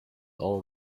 all